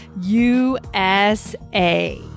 USA